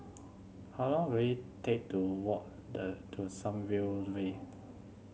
how long will it take to walk to Sunview Way